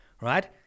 right